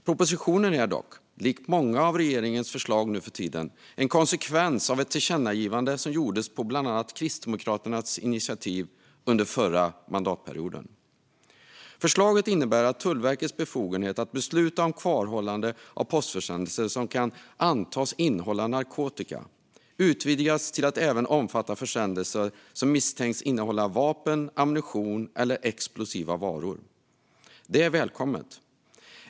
Propositionen är dock, likt många av regeringens förslag nu för tiden, en konsekvens av ett tillkännagivande som gjordes på bland annat Kristdemokraternas initiativ under förra mandatperioden. Förslaget innebär att Tullverkets befogenhet att besluta om kvarhållande av postförsändelser som kan antas innehålla narkotika utvidgas till att även omfatta försändelser som misstänks innehålla vapen, ammunition eller explosiva varor. Det är välkommet.